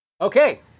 Okay